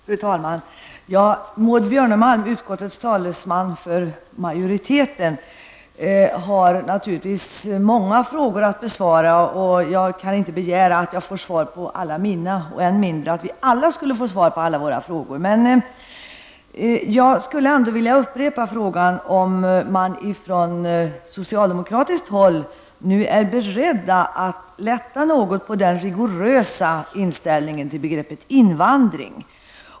Fru talman! Maud Björnemalm, utskottsmajoritetens talesman, har naturligtvis många frågor att besvara. Jag kan inte begära att få svar på alla mina frågor, och än mindre kan jag begära att vi alla får svar på samtliga frågor. Men låt mig ändå upprepa min fråga, om socialdemokraterna nu är beredda att lätta något på den rigorösa inställningen till begreppet invandring.